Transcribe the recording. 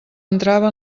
entrava